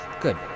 Good